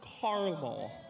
Caramel